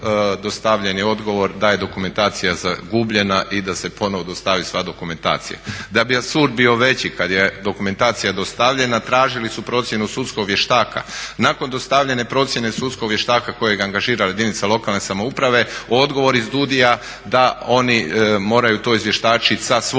da je dokumentacija zagubljena i da se ponovno dostavi sva dokumentacija. Da bi apsurd bio veći kad je dokumentacija dostavljena tražili su procjenu sudskog vještaka, nakon dostavljene procjene sudskog vještaka kojeg angažiraju jedinice lokalne samouprave odgovor iz DUUDI-a da oni moraju to izvještačit sa svojim